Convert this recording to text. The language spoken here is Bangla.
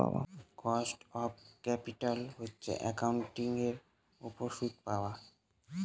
কস্ট অফ ক্যাপিটাল হচ্ছে একাউন্টিঙের টাকার উপর সুদ পাওয়া